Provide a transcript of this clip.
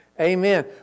Amen